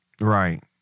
Right